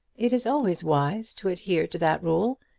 it is always wise to adhere to that rule,